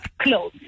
clothes